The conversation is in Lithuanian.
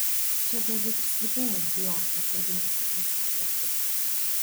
čia galbūt ir slypėjo dior pasaulinės sėkmės paslaptis